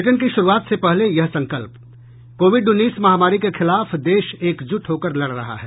bulletin की शुरूआत से पहले ये संकल्प कोविड उन्नीस महामारी के खिलाफ देश एकजुट होकर लड़ रहा है